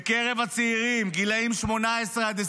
בקרב הצעירים, גילים 18 26,